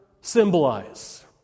symbolize